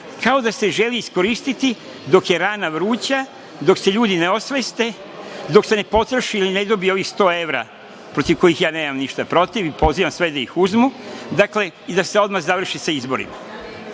kao da ste želeli iskoristiti dok je rana vruća, dok se ljudi ne osveste, dok se ne potroši ili ne dobije ovih sto evra protiv kojih ja nemam ništa protiv i pozivam sve da ih uzmu, dakle da se odmah završi sa izborima.Za